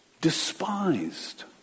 despised